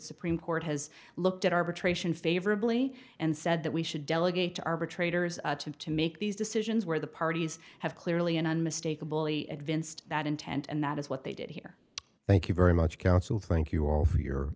supreme court has looked at arbitration favorably and said that we should delegate arbitrators have to make these decisions where the parties have clearly an unmistakable advanced that intent and that is what they did here thank you very much counsel thank you